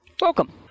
Welcome